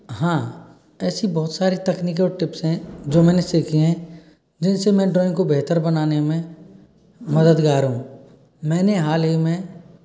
हाँ ऐसी बहुत सारी तकनीकें और टिप्स हैं जो मैंने सीखी हैं जिनसे मैं ड्रॉइंग को बेहतर बनाने में मददगार हूँ मैंने हाल ही में